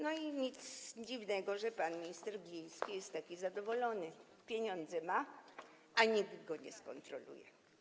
Nic dziwnego, że pan minister Gliński jest taki zadowolony: pieniądze ma, a nikt go nie skontroluje.